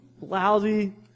lousy